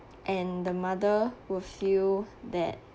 and the mother will feel that